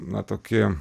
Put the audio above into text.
na tokį